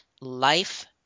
Life